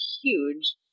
huge